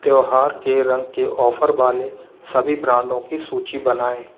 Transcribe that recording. त्यौहार के रंग के ऑफर वाले सभी ब्रांडों की सूची बनाएँ